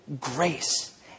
grace